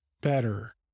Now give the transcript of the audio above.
better